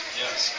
yes